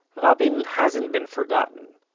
ah rabin hasn't been forgotten,